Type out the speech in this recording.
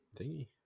thingy